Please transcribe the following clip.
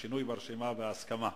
השינוי ברשימה בהסכמה.